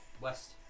West